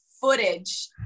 footage